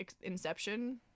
Inception